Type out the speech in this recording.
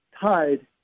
tied